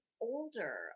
older